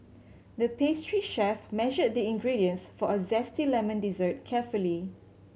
the pastry chef measured the ingredients for a zesty lemon dessert carefully